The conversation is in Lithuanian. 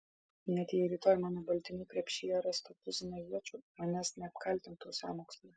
net jei rytoj mano baltinių krepšyje rastų tuziną iečių manęs neapkaltintų sąmokslu